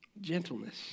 Gentleness